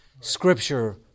Scripture